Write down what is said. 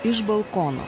iš balkono